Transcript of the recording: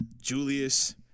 Julius